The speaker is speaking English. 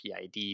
PID